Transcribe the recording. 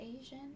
Asian